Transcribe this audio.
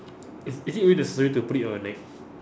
is is it really necessary to put it on your neck